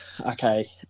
Okay